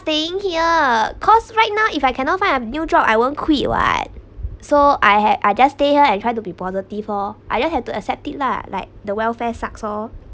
staying here cause right now if I cannot find a new job I won't quit [what] so I had I just stay here and try to be positive oh I just have to accept it lah like the welfare sucks oh